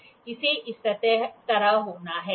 इसे इस तरह होना है